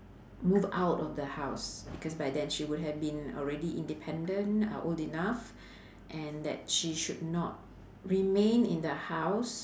move out of the house because by then she would have been already independent uh old enough and that she should not remain in the house